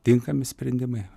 tinkami sprendimai